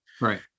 right